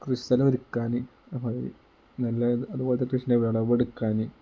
കൃഷിസ്ഥലം ഒരുക്കാൻ അപ്പോൾ ഈ നല്ല അത് അതുപോലത്തെ കൃഷിയിനെ വിളവെടുക്കാൻ